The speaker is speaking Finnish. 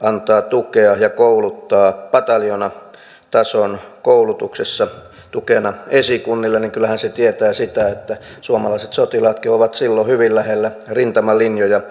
antaa tukea ja kouluttaa pataljoonatason koulutuksessa tukena esikunnille niin kyllähän se tietää sitä että suomalaiset sotilaatkin ovat silloin hyvin lähellä rintamalinjoja